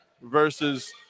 versus –